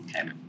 okay